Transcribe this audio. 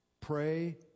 Pray